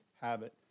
habit